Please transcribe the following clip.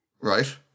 Right